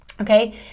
Okay